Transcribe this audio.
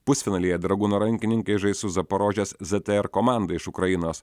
pusfinalyje dragūno rankininkai žais su zaporožės ztr komanda iš ukrainos